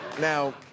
Now